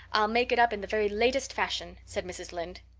i'll make it up in the very latest fashion, said mrs. lynde.